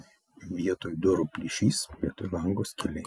vietoj durų plyšys vietoj lango skylė